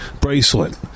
bracelet